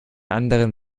anderen